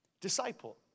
disciple